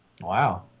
Wow